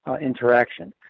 interaction